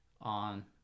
on